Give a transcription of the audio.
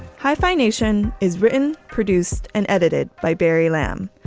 hi, fine nation is written, produced and edited by barry lamm,